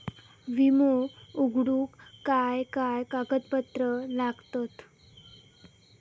विमो उघडूक काय काय कागदपत्र लागतत?